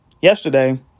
yesterday